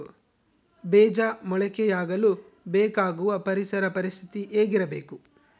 ಬೇಜ ಮೊಳಕೆಯಾಗಲು ಬೇಕಾಗುವ ಪರಿಸರ ಪರಿಸ್ಥಿತಿ ಹೇಗಿರಬೇಕು?